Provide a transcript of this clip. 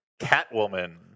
Catwoman